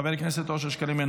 חבר הכנסת אושר שקלים,